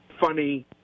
funny